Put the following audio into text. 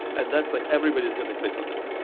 and that's like everybody is going to click on that.